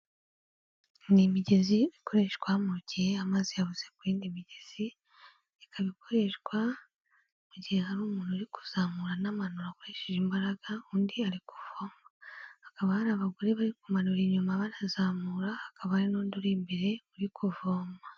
Ni imigezi ikoreshwa mu gihe amazi yabuze ku yindi migezi, ikaba ikoreshwa mu gihe hari umuntu uri kuzamura anamanura akoresheje imbaraga, undi ari kuvoma, hakaba hari abagore bari kumanura inyuma banazamura, hakaba hari n'undi uri imbere uri kuvoma.